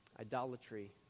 idolatry